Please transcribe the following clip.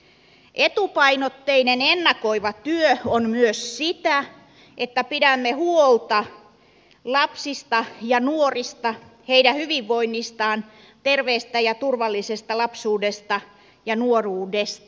etupainotteinen ennakoiva työ on myös sitä että pidämme huolta lapsista ja nuorista heidän hyvinvoinnistaan terveestä ja turvallisesta lapsuudesta ja nuoruudesta